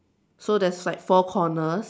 so there's like four corners